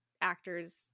actors